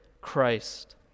Christ